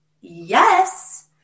Yes